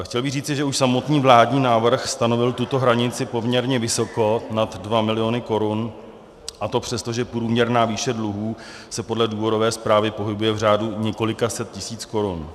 Chtěl bych říci, že už samotný vládní návrh stanovil tuto hranici poměrně vysoko nad 2 mil. korun, a to přesto, že průměrná výše dluhů se podle důvodové zprávy pohybuje v řádu několika set tisíc korun.